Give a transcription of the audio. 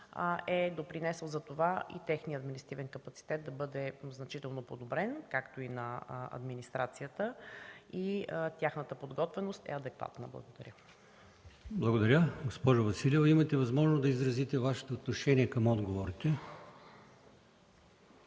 е допринесъл за това и техният административен капацитет да бъде значително подобрен, както и на администрацията, и тяхната подготвеност е адекватна. Благодаря Ви. ПРЕДСЕДАТЕЛ АЛИОСМАН ИМАМОВ: Благодаря Ви. Госпожо Василева, имате възможност да изразите Вашето отношение към отговорите.